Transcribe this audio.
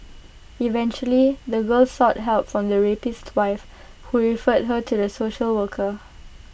eventually the girl sought help from the rapist's wife who referred her to the social worker